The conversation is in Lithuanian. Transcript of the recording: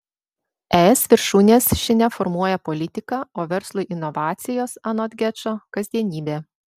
es viršūnės žinia formuoja politiką o verslui inovacijos anot gečo kasdienybė